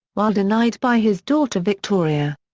while denied by his daughter victoria.